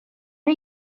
are